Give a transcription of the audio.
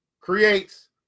creates